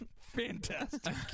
fantastic